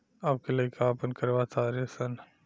अब के लइका आपन करवा तारे सन